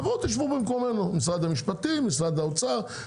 בבקשה, משרדי המשפטים, האוצר.